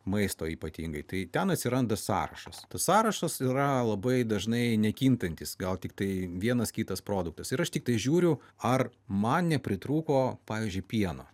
maisto ypatingai tai ten atsiranda sąrašas sąrašas yra labai dažnai nekintantis gal tiktai vienas kitas produktas ir aš tiktai žiūriu ar man nepritrūko pavyzdžiui pieno